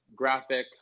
graphics